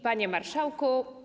Panie Marszałku!